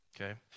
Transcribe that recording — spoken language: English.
Okay